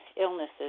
illnesses